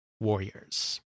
Warriors